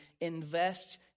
invest